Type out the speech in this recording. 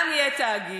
גם יהיה תאגיד,